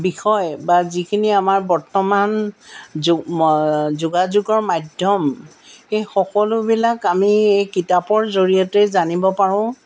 বিষয় বা যিখিনি আমাৰ বৰ্তমান যোগ যোগাযোগৰ মাধ্যম সেই সকলোবিলাক আমি কিতাপৰ জৰিয়তেই জানিব পাৰোঁ